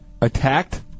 attacked